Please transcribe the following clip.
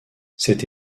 cette